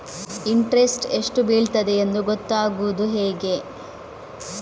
Interest ಎಷ್ಟು ಬೀಳ್ತದೆಯೆಂದು ಗೊತ್ತಾಗೂದು ಹೇಗೆ?